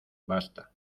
basta